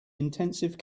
intensive